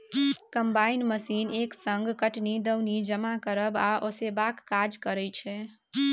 combine machine एक संग कटनी, दौनी, जमा करब आ ओसेबाक काज करय छै